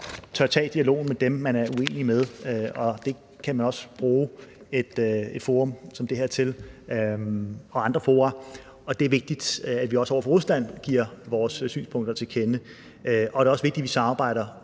tør tage dialogen med dem, man er uenig med, og det kan man også bruge et forum som det her og andre fora til, og det er vigtigt, at vi også over for Rusland giver vores synspunkter til kende. Det er også vigtigt, at vi samarbejder